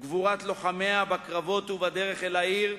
גבורת לוחמיה בקרבות ובדרך אל העיר,